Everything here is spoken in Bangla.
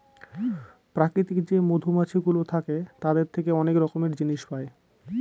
প্রাকৃতিক যে মধুমাছিগুলো থাকে তাদের থেকে অনেক রকমের জিনিস পায়